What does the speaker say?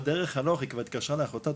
בדרך הלוך היא כבר התקשרה לאחותה,